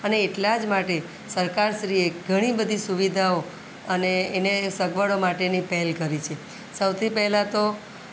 અને એટલા જ માટે સરકાર શ્રીએ ઘણી બધી સુવિધાઓ અને એને સગવડો માટેની પહેલ કરી છે સૌથી પહેલાં તો